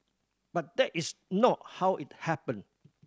but that is not how it happened